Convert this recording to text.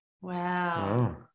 wow